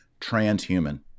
transhuman